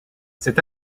cet